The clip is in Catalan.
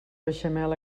beixamel